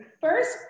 First